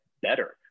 better